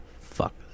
Fuck